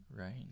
Right